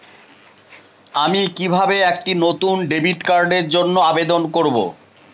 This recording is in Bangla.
আমি কিভাবে একটি নতুন ডেবিট কার্ডের জন্য আবেদন করব?